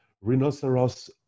rhinoceros